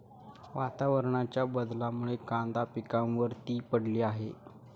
वातावरणाच्या बदलामुळे कांदा पिकावर ती पडली आहे